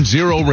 Zero